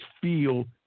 feel